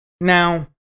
Now